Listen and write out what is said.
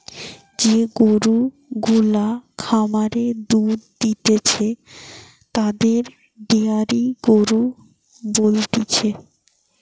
যে গরু গুলা খামারে দুধ দিতেছে তাদের ডেয়ারি গরু বলতিছে